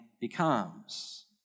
becomes